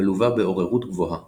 המלווה בעוררות גבוהה